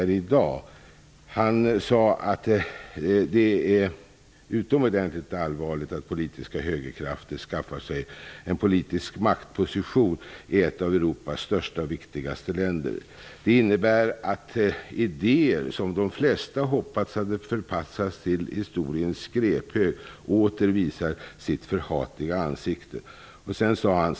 Ingvar Carlsson sade att det är utomordentligt allvarligt att politiska högerkrafter skaffar sig en politisk maktposition i ett av Europas största och viktigaste länder. Det innebär att idéer som de flesta hoppats hade förpassats till historiens skräphög åter visar sitt förhatliga ansikte.